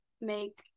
make